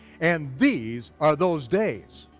and these are those days.